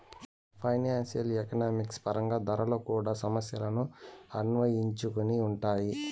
financial economics పరంగా ధరలు కూడా సమస్యలను అన్వయించుకొని ఉంటాయి